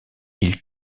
ils